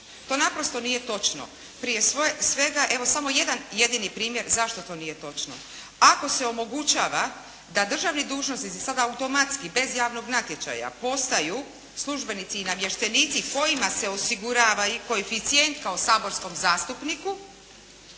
To naprosto nije točno. Prije svega evo samo jedan jedini primjer zašto to nije točno. Ako se omogućava da državni dužnosnici sada automatski bez javnog natječaja postaju službenici i namještenici kojima se osigurava koeficijent kao saborskom zastupniku